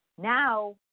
now